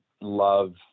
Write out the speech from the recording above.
love